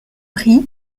riz